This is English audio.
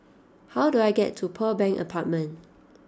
how do I get to Pearl Bank Apartment